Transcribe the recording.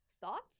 Thoughts